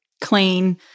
clean